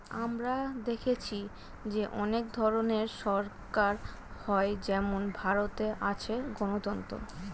আমরা দেখেছি যে অনেক ধরনের সরকার হয় যেমন ভারতে আছে গণতন্ত্র